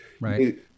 right